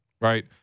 right